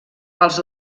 els